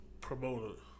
promoter